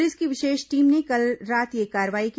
police की विशेष team ने कल रात यह कार्रवाई की